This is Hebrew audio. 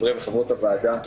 חברות וחברי הוועדה,